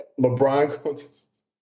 LeBron